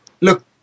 Look